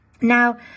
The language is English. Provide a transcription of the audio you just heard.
Now